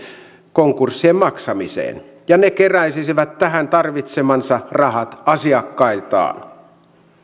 konkurssien maksamiseen ja ne keräisivät tähän tarvitsemansa rahat asiakkailtaan